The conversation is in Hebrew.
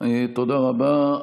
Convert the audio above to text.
תודה רבה.